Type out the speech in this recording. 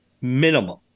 Minimum